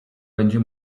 będzie